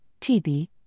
TB